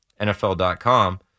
NFL.com